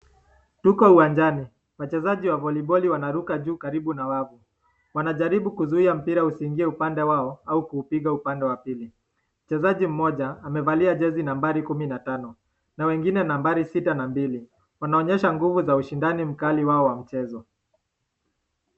Tuko uwanjani, wachezaji wa voliboli wanaruka juu karibu na wavu, wanajaribu kuzuia mpira usiingie upande wao au kuupiga upande wa pili, mchezaji mmoja amevalia jezi nambari kumi na tano na wengine nambari sita na mbili, wanaonyesha nguvu na ushindani mkali wao wa mchezo.